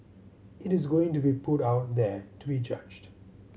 it is going to be put out there to be judged